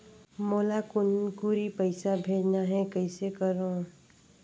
मोला कुनकुरी पइसा भेजना हैं, कइसे करो?